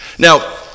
Now